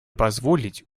позволить